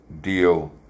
deal